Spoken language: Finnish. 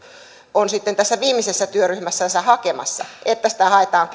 on tässä viimeisessä työryhmässänsä hakemassa että sitä haetaan